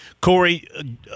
Corey